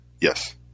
Yes